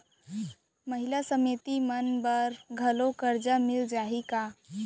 महिला समिति मन बर घलो करजा मिले जाही का?